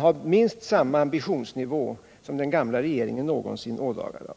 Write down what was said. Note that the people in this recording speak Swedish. av minst lika hög ambitionsnivå som den som den gamla regeringen någonsin presterade.